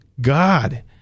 God